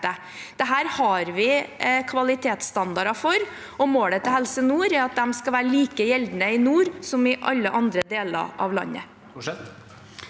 Dette har vi kvalitetsstandarder for, og målet til Helse Nord er at de skal være like gjeldende i nord som i alle andre deler av landet.